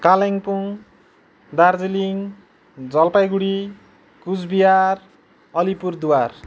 Kalimpong Darjeeling Jalpaiguri Cooch Behar Alipurduar